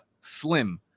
slim